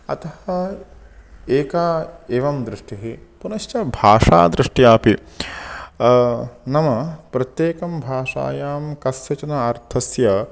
अतः एका एवं दृष्टिः पुनश्च भाषादृष्ट्यापि नाम प्रत्येकस्यां भाषायां कस्यचन अर्थस्य